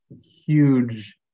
huge